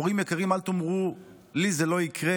הורים יקרים, אל תאמרו: לי זה לא יקרה.